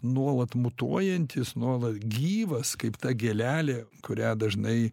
nuolat mutuojantis nuolat gyvas kaip ta gėlelė kurią dažnai